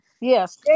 Yes